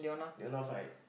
you know hoe to fight